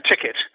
ticket